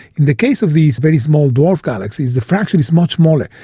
in the case of these very small dwarf galaxies, the fraction is much smaller.